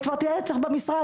היא כבר אצלך במשרד,